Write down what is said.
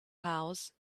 house